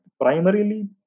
Primarily